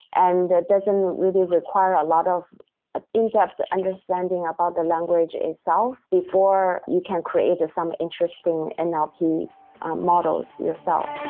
and it doesn't really require a lot of ah in-depth understanding about the language itself before you can create some interesting and nlp models yourself